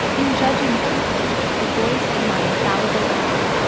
in judging people, the voice is my infallible guide.